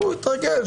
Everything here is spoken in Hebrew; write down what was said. אתם יודעים,